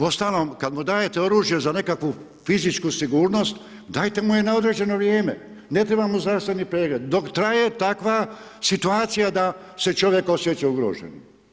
Uostalom kad mu dajete oružje za neku fizičku sigurnost dajte mu je na određeno vrijeme ne treba mu zdravstveni pregled, dok traje takva situacija da se čovjek osjeća ugroženo.